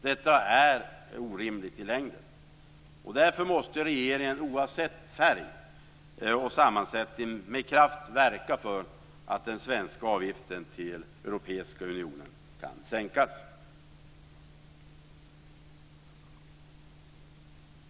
Detta är orimligt i längden. Därför måste regeringen, oavsett färg och sammansättning, med kraft verka för att den svenska avgiften till Europeiska unionen kan sänkas.